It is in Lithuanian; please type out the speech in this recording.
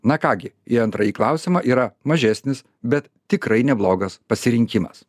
na ką gi į antrąjį klausimą yra mažesnis bet tikrai neblogas pasirinkimas